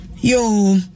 yo